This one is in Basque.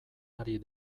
ari